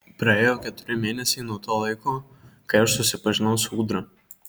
praėjo keturi mėnesiai nuo to laiko kai aš susipažinau su ūdra